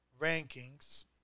rankings